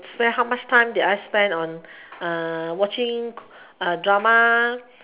where how much time did I spend on watching drama